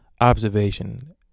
observation